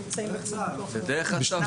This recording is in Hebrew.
כן.